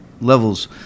levels